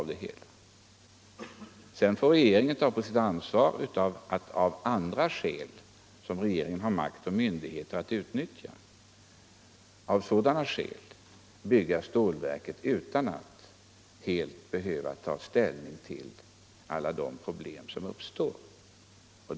Då får regeringen ta på sitt ansvar om regeringen av andra skäl, som regeringen har makt och myndighet att utnyttja, bygger stålverket utan att helt ta ställning till alla de problem som uppstår.